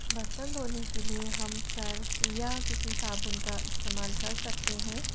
बर्तन धोने के लिए हम सर्फ़ या किसी साबुन का इस्तमाल कर सकते हैं